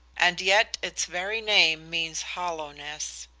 and yet its very name means hollowness.